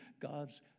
God's